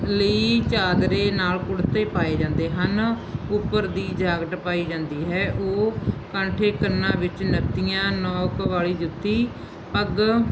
ਲਈ ਚਾਦਰੇ ਨਾਲ ਕੁੜਤੇ ਪਾਏ ਜਾਂਦੇ ਹਨ ਉੱਪਰ ਦੀ ਜੈਕਟ ਪਾਈ ਜਾਂਦੀ ਹੈ ਉਹ ਕੈਂਠੇ ਕੰਨਾਂ ਵਿੱਚ ਨੱਤੀਆਂ ਨੌਕ ਵਾਲੀ ਜੁੱਤੀ ਪੱਗ